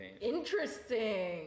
Interesting